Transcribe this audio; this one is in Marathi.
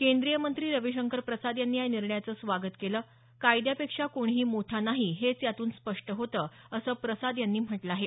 केंद्रीय मंत्री रविशंकर प्रसाद यांनी या निर्णयाचं स्वागत केलं कायद्यापेक्षा कोणीही मोठा नाही हेच यातून स्पष्ट होतं असं प्रसाद यांनी म्हटलं आहे